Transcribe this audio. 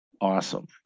awesome